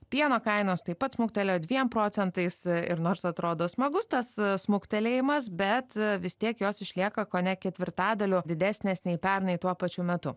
pieno kainos taip pat smuktelėjo dviem procentais ir nors atrodo smagus tas smuktelėjimas bet vis tiek jos išlieka kone ketvirtadaliu didesnės nei pernai tuo pačiu metu